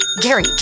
Gary